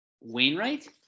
Wainwright